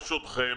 ברשותכם,